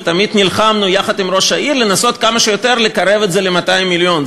ותמיד נלחמנו יחד עם ראש העיר לנסות כמה שיותר לקרב את זה ל-200 מיליון.